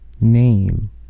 name